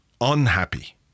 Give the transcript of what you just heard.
unhappy